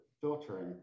filtering